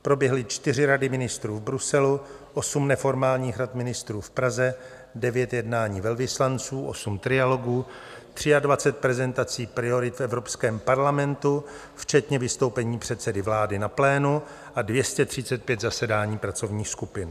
Proběhly čtyři rady ministrů v Bruselu, osm neformálních rad ministrů v Praze, devět jednání velvyslanců, osm trialogů, třiadvacet prezentací priorit v Evropském parlamentu včetně vystoupení předsedy vlády na plénu a 235 zasedání pracovních skupin.